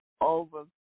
over